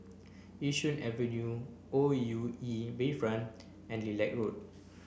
Yishun Avenue O U E Bayfront and Lilac Road